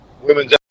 women's